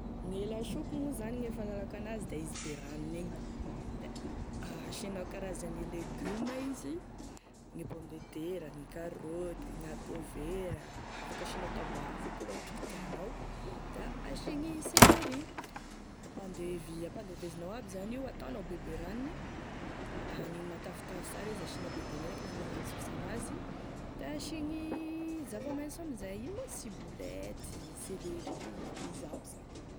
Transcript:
Gne lasopy moa zany gne fahalalako an'azy da izy be ranony igny da asianao karazany e legioma izy gne pomme de terre gne karoty gn'haricot vera afaky asianao taboara avao koa la ohatry ka tianao da asiagny céléri ampandevy hampandevezinao aby za y io ataonao bebe ranony a ani matavitavy sara izy asianao bebe menaky lefa magnano sosy an'azy da asiagny zava-mainso amin'izay ino moa ciboulety, céléri izy aby zany.